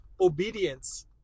obedience